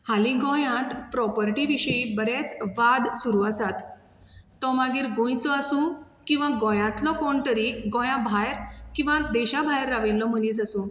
हालीं गोंयांत प्रॉप्रटी विशीं बरेच वाद सुरू आसात तो मागीर गोंयचो आसूं किंवा गोंयांतलो कोण तरी गोंया भायर किंवा देशा भायर राविल्लो मनीस आसूं